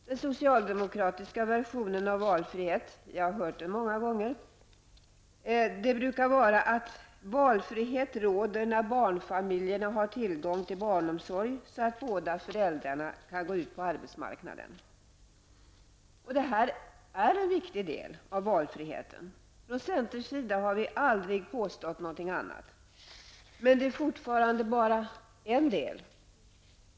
Den socialdemokratiska versionen av valfrihet -- vi har hört den många gånger -- brukar vara att valfrihet råder när barnfamiljerna har tillgång till barnomsorg, så att båda föräldrarna kan gå ut på arbetsmarknaden. Det är en viktig del av valfriheten. Från centerns sida har vi aldrig påstått något annat. Men det är fortfarande bara en del.